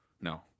No